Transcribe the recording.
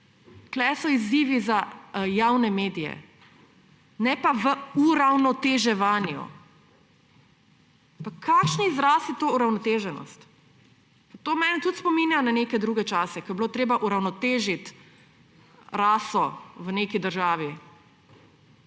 so izzivi za javne medije, ne pa v uravnoteževanju. Pa kakšen izraz je to, uravnoteženost?! To mene tudi spominja na neke druge čase, ko je bilo treba uravnotežiti raso v neki državi